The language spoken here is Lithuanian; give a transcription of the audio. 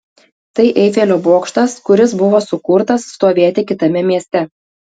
tai eifelio bokštas kuris buvo sukurtas stovėti kitame mieste